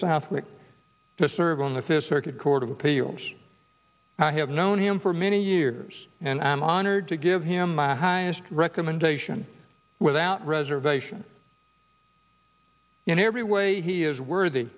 southwick to serve on the fifth circuit court of appeals i have known him for many years and i'm honored to give him my highest recommendation without reservation in every way he is worthy